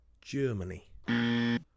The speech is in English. Germany